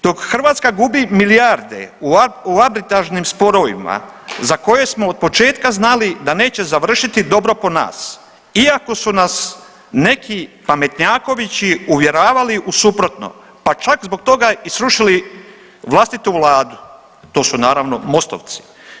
Dok Hrvatska gubi milijarde u arbitražnim sporovima za koje smo od početka znali da neće završiti dobro po nas, iako su nas neki pametnjakovići uvjeravali u suprotno, pa čak zbog toga i srušili vlastitu vladu, to su naravno Mostovci.